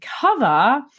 cover